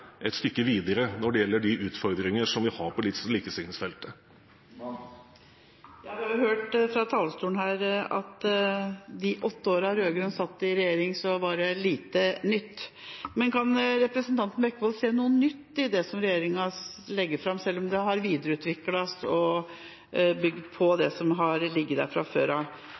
et stykke videre når det gjelder de utfordringer som vi har på likestillingsfeltet. Vi har hørt fra talerstolen her at i de åtte åra de rød-grønne satt i regjering, var det lite nytt. Men kan representanten Bekkevold se noe nytt i det som regjeringa legger fram, utover at de har videreutviklet og bygd på det som har ligget der fra før?